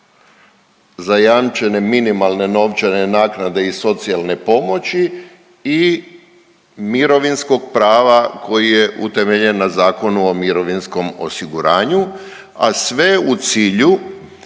zajamčene minimalne novčane naknade i socijalne pomoći i mirovinskog prava koji je utemeljen na Zakonu o mirovinskom osiguranju, a sve u cilju